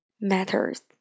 Matters